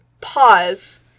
pause